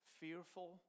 fearful